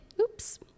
Oops